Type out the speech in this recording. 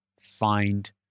find